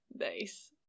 Nice